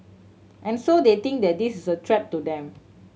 and so they think that this is a threat to them